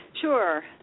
Sure